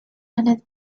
and